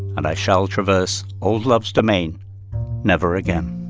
and i shall traverse old love's domain never again